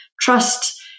trust